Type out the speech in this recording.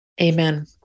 Amen